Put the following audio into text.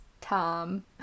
Tom